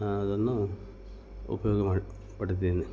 ಅದನ್ನು ಉಪಯೋಗ ಮಾಡ್ ಪಡಿದಿದೀನಿ